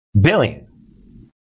Billion